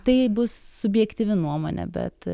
tai bus subjektyvi nuomonė bet